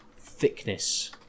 thickness